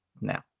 now